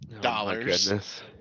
dollars